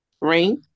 Ring